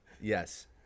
Yes